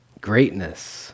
Greatness